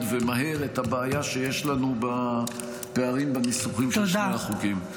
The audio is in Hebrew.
ומהר את הבעיה שיש לנו בפערים בניסוחים של שאר החוקים.